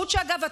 שירות שאגב,